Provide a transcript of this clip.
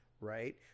right